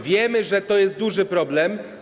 Wiemy, że to jest duży problem.